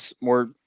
more